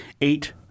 eight